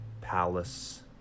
palace